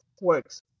works